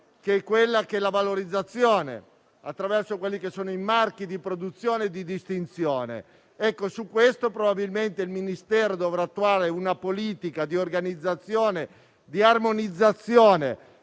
che è quella della valorizzazione attraverso i marchi di produzione e di distinzione. Su questo probabilmente il Ministero dovrà attuare una politica di organizzazione e di armonizzazione